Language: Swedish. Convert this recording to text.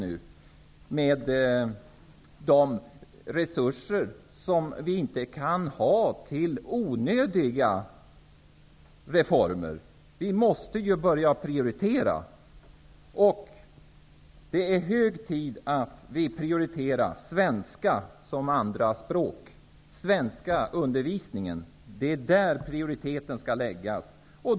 Vi kan inte avsätta resurser till onödiga reformer. Vi måste börja prioritera. Det är hög tid att vi prioriterar svenska som andra språk. Prioriteten skall läggas på svenskundervisningen.